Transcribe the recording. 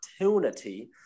opportunity